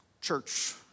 church